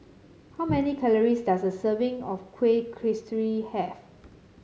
how many calories does a serving of Kuih Kasturi have